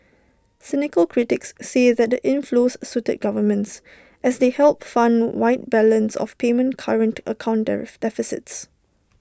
cynical critics say that the inflows suited governments as they helped fund wide balance of payment current account deficits